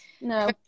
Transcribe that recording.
No